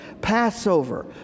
Passover